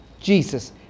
Jesus